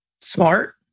Smart